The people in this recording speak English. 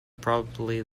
probably